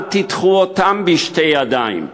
אל תדחו אותם בשתי ידיים.